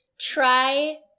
try